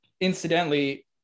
incidentally